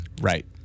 Right